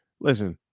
Listen